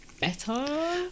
better